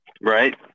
Right